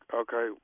okay